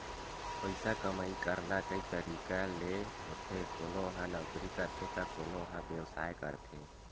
पइसा कमई करना कइ तरिका ले होथे कोनो ह नउकरी करथे त कोनो ह बेवसाय करथे